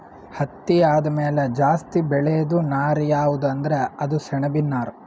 ಹತ್ತಿ ಆದಮ್ಯಾಲ ಜಾಸ್ತಿ ಬೆಳೇದು ನಾರ್ ಯಾವ್ದ್ ಅಂದ್ರ ಅದು ಸೆಣಬಿನ್ ನಾರ್